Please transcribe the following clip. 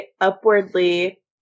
upwardly